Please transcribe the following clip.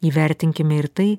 įvertinkime ir tai